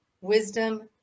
Wisdom